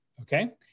Okay